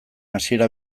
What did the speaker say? hasiera